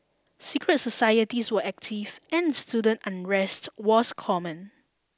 secret societies were active and student unrest was common